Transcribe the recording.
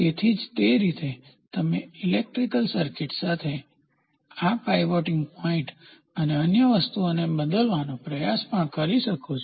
તેથી તે જ રીતે તમે ઇલેક્ટ્રિકલ સર્કિટ સાથે આ પાઇવોટીંગ પોઈન્ટ અને અન્ય વસ્તુઓને બદલવાનો પ્રયાસ પણ કરી શકો છો